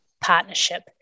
partnership